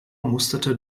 musterte